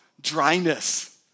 dryness